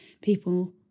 people